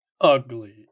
Ugly